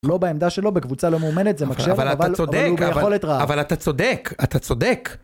לא בעמדה שלו, בקבוצה לא מאומנת, זה מקשה, אבל הוא ביכולת רעב. אבל אתה צודק, אתה צודק.